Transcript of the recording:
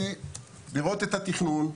צריך לראות מה התכנון,